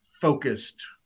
focused